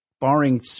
barring